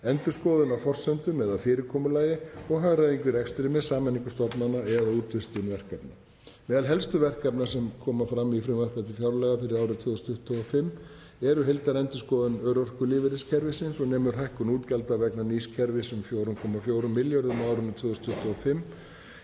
endurskoðun á forsendum eða fyrirkomulagi og hagræðingu í rekstri með sameiningu stofnana eða útvistun verkefna. Meðal helstu verkefna sem fram koma í frumvarpi til fjárlaga fyrir árið 2025 eru heildarendurskoðun örorkulífeyriskerfisins og nemur hækkun útgjalda vegna nýs kerfis 4,4 milljörðum kr.